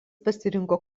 pasirinko